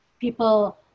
people